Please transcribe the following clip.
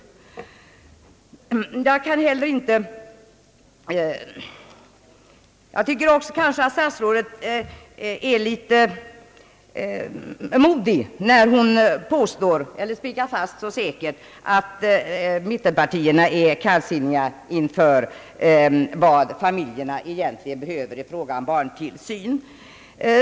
Statsrådet är ganska modig, när hon så tvärsäkert slår fast, att mittenpartierna ställer sig kallsinniga inför vad barnfamiljerna egentligen behöver i fråga om barntillsyn.